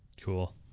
Cool